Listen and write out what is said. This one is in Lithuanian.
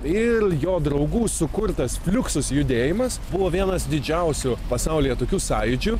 ir jo draugų sukurtas fliuksus judėjimas buvo vienas didžiausių pasaulyje tokių sąjūdžių